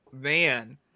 Man